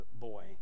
boy